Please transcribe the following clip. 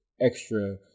extra